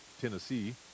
Tennessee